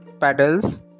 petals